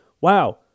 wow